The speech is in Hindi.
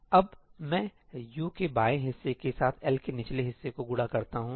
अब मैं U के बाएं हिस्से के साथ L के निचले हिस्से को गुणा करता हूं